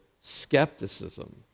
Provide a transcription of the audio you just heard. skepticism